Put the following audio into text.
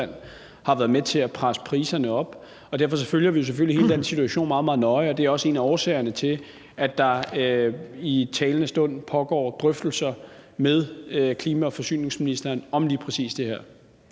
har været med til at presse priserne op, og derfor følger vi selvfølgelig hele den situation meget, meget nøje. Det er også en af årsagerne til, at der i talende stund pågår drøftelser med klima-, energi- og forsyningsministeren om lige præcis det her.